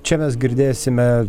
čia mes girdėsime